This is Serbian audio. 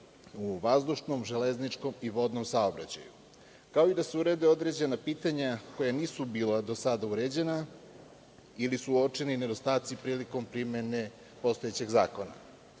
u vazdušnom, železničkom i vodnom saobraćaju, kao i da se urede određena pitanja koja nisu bila do sada uređena ili su uočeni nedostaci prilikom primene postojećeg